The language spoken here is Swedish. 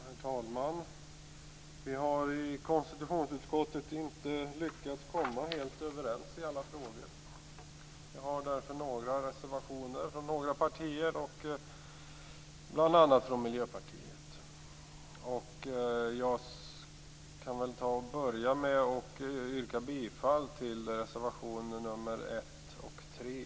Herr talman! Vi har inte lyckats komma helt överens i alla frågor i konstitutionsutskottet. Det föreligger därför reservationer från några partier, bl.a. från Miljöpartiet. Jag vill börja med att yrka bifall till reservationerna 1 och 3.